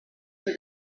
were